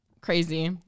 crazy